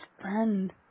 friend